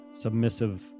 submissive